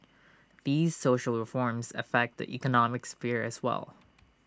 these social reforms affect the economic sphere as well